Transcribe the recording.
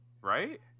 right